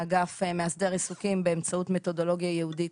האגף מאסדר עיסוקים באמצעות מתודולוגיה ייעודית